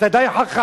אתה די חכם,